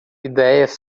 ideias